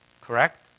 Correct